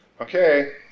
Okay